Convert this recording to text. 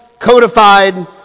codified